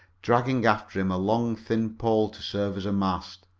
dragging after him a long thin pole to serve as a mast.